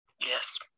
yes